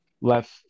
left